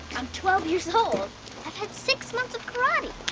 i'm twelve years old. i've had six months of karate.